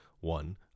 One